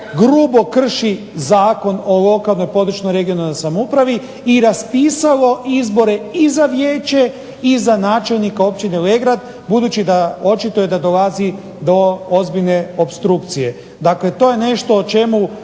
grubo krši Zakon o lokalnoj, područnoj (regionalnoj) samoupravi i raspisalo izbore i za vijeće i za načelnika općine Legrad budući da, očito je da dolazi do ozbiljne opstrukcije. Dakle, to je nešto o čemu